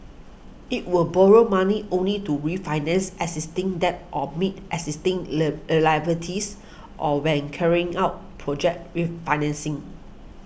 it will borrow money only to refinance existing debt or meet existing liabilities or when carrying out project refinancing